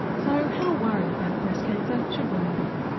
so how worried about breast cancer should women be?